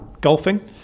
Golfing